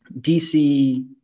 DC